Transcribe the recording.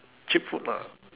cheap food lah